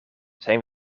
zijn